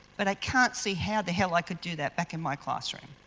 but i can't see how the hell i could do that back in my classroom'.